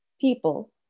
people